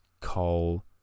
coal